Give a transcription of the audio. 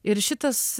ir šitas